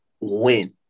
win